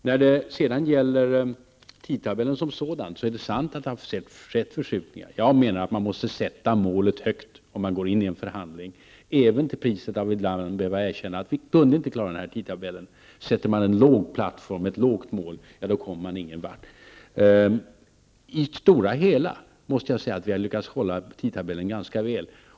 När det sedan gäller tidtabellen som sådan är det sant att det har skett förskjutningar. Jag menar att man måste sätta målet högt om man går in i en förhandling, även till priset av att behöva erkänna att man inte kunnat klara den tidtabell som gjorts upp. Sätter man ett lågt mål kommer man ingen vart. I det stora hela måste jag säga att jag tycker att vi har lyckats hålla tidtabellen ganska väl.